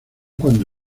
cuando